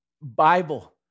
Bible